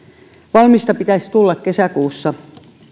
valmista pitäisi tulla kesäkuussa